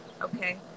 okay